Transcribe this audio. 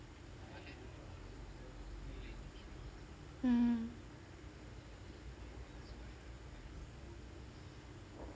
mm